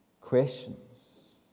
questions